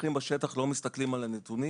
המפקחים בשטח לא מסתכלים על הנתונים,